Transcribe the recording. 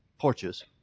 porches